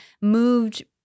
moved